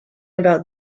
about